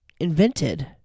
invented